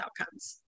outcomes